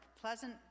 pleasant